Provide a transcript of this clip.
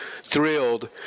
thrilled